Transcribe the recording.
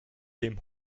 dem